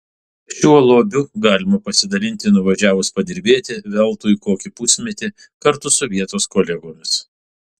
šiuo lobiu galima pasidalinti nuvažiavus padirbėti veltui kokį pusmetį kartu su vietos kolegomis